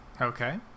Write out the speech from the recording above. Okay